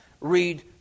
read